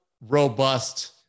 robust